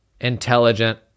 intelligent